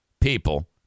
people